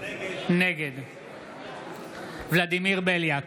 נגד ולדימיר בליאק,